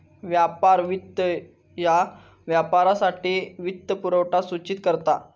व्यापार वित्त ह्या व्यापारासाठी वित्तपुरवठा सूचित करता